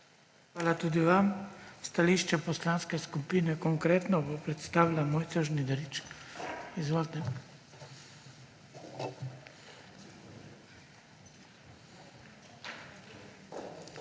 Hvala tudi vam. Stališče Poslanske skupine Konkretno bo predstavila Mojca Žnidarič. Izvolite.